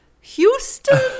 Houston